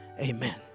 Amen